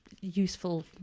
useful